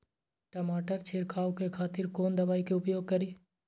टमाटर छीरकाउ के खातिर कोन दवाई के उपयोग करी?